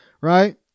right